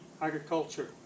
agriculture